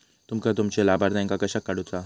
तुमका तुमच्या लाभार्थ्यांका कशाक काढुचा हा?